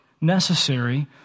necessary